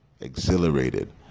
exhilarated